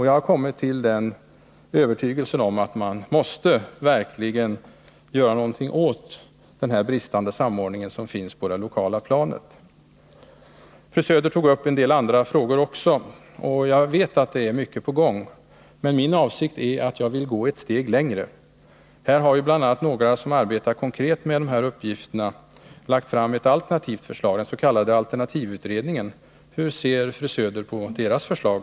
Jag har kommit till övertygelsen att man verkligen måste göra någonting åt den bristande samordningen på det lokala planet. Fru Söder tog också upp en del andra frågor, och jag vet att mycket är på gång. Men min avsikt är att gå ett steg längre. Här har några människor, som arbetar konkret med detta problem, lagt fram ett alternativt förslag, den s.k. alternativutredningen. Hur ser fru Söder på deras förslag?